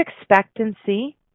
expectancy